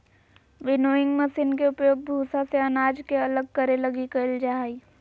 winnowing machine के उपयोग भूसा से अनाज के अलग करे लगी कईल जा हइ